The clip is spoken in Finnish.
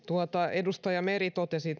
edustaja meri totesi